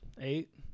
eight